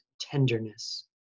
tenderness